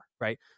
right